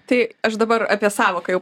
tai aš dabar apie sąvoką jau